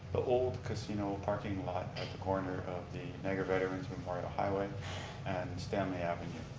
the old casino parking lot at the corner of the niagara veteran's memorial highway and stanley avenue,